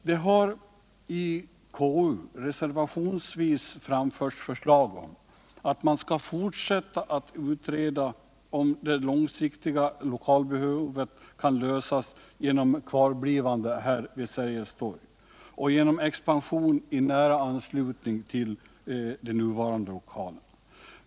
——--"” Det har i KU reservationsvis framförts förslag om att man skall fortsätta att utreda huruvida det långsiktiga lokalbehovet kan lösas genom kvarblivande här vid Sergels torg och genom expansion i nära anslutning till de nuvarande lokalerna.